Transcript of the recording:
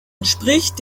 entspricht